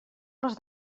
les